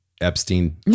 Epstein